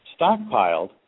stockpiled